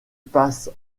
passe